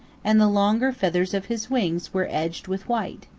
and the longer feathers of his wings were edged with white.